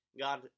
God